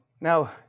Now